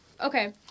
Okay